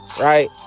Right